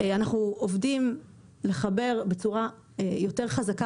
אנחנו עובדים בלחבר בצורה יותר חזקה